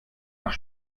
nach